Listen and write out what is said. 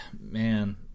man